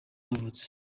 yavutse